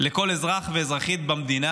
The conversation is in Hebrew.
לכל אזרח ואזרחית במדינה.